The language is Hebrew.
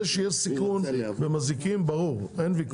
זה שיש סיכון ומזיקים ברור אין ויכוח,